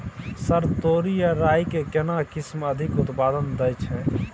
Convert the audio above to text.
Sir तोरी आ राई के केना किस्म अधिक उत्पादन दैय छैय?